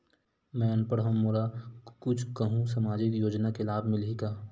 मैं अनपढ़ हाव मोला कुछ कहूं सामाजिक योजना के लाभ मिलही का?